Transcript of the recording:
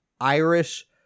Irish